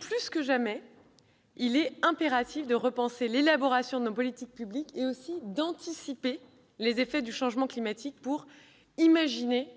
plus que jamais impératif de repenser l'élaboration de nos politiques publiques et d'anticiper les effets du changement climatique, pour imaginer